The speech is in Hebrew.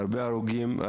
הרבה הרוגים,